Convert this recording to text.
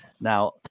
Now